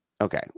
Okay